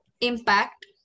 impact